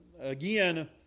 again